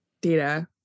data